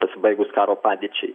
pasibaigus karo padėčiai